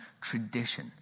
tradition